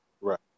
Right